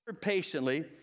patiently